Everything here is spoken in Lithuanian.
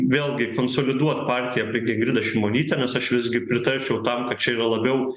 vėlgi konsoliduot partiją aplink ingridą šimonytę nes aš visgi pritarčiau tam kad čia juo labiau